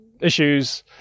issues